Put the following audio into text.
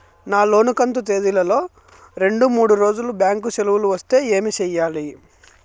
నా లోను కంతు తేదీల లో రెండు మూడు రోజులు బ్యాంకు సెలవులు వస్తే ఏమి సెయ్యాలి?